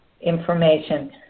information